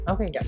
Okay